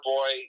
Boy